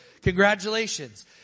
Congratulations